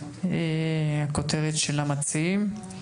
הכותרת של המציעים.